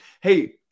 hey